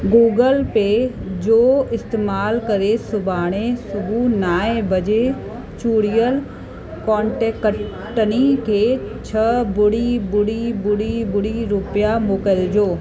Google Pay जो इस्तेमालु करे सुभाणे सुबुहु नवे बजे चूंडियल कोन्टेकटनी खे छह ॿुड़ी ॿुड़ी ॿुड़ी ॿुड़ी रुपया मोकिलिजो